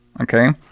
okay